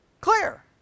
clear